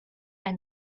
and